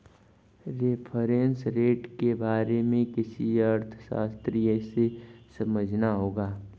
reference rate के बारे में किसी अर्थशास्त्री से समझना होगा